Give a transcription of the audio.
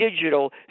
digital